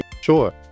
sure